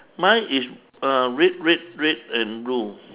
mine is uh red red red and blue